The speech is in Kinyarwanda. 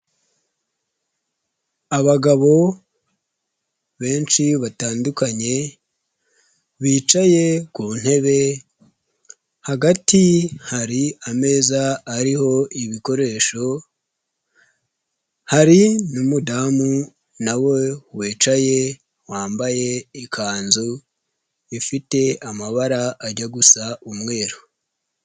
Abagabo benshi batandukanye bicaye ku ntebe, hagati hari ameza ariho ibikoresho, hari n'umudamu nawe wicaye wambaye ikanzu ifite amabara ajya gusa umweru.